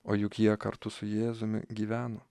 o juk jie kartu su jėzumi gyveno